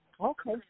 Okay